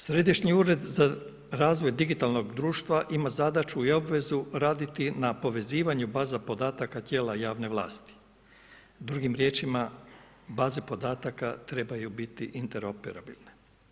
Središnji ured za razvoj digitalnog društva ima zadaću i obvezu raditi na povezivanju baza podataka tijela javne vlasti, drugim riječima baze podataka trebaju biti interoperabilni.